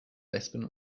lesben